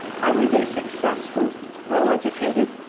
i was a successful, well-educated,